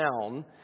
down